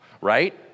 right